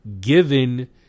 given